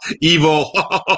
Evil